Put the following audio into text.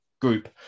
group